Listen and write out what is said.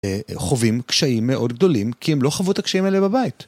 חובים קשיים מאוד גדולים, כי הם לא חוו את הקשיים האלה בבית.